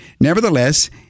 Nevertheless